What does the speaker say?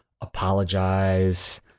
apologize